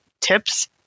tips